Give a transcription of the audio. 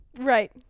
Right